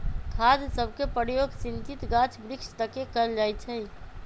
खाद सभके प्रयोग सिंचित गाछ वृक्ष तके कएल जाइ छइ